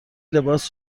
لباس